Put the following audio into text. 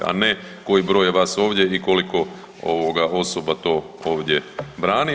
A ne koji broj je vas ovdje i koliko ovoga osoba to ovdje brani.